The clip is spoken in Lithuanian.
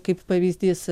kaip pavyzdys